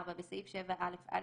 (4)בסעיף 7א(א),